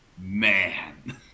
Man